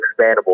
expandable